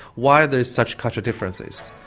why there are such cultural differences.